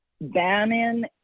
Bannon